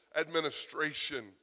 administration